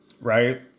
Right